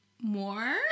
more